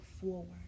forward